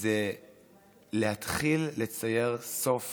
זה להתחיל לצייר סוף